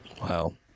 Wow